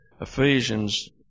Ephesians